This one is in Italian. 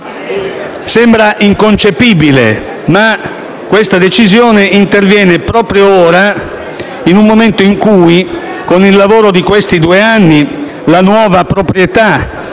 Sembra inconcepibile, ma questa decisione interviene proprio ora in un momento in cui, con il lavoro di questi due anni, la nuova proprietà